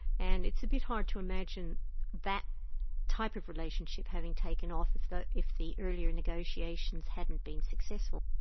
and it's a bit hard to imagine that type of relationship having taken off if the if the earlier negotiations hadn't been successful.